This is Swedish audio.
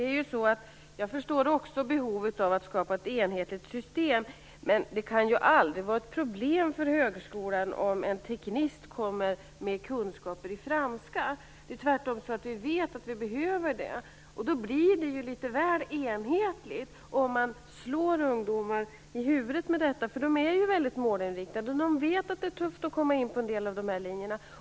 Fru talman! Jag förstår också behovet av att skapa ett enhetligt system, men det kan aldrig vara ett problem för högskolan om en teknist kommer med kunskaper i franska. Det är tvärtom så, att vi vet att vi behöver det. Då blir det litet väl enhetligt om man slår ungdomar i huvudet med detta. De är väldigt målinriktade, och de vet att det är tufft att komma in på en del av linjerna.